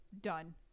done